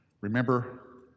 Remember